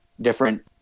different